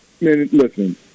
listen